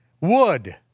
wood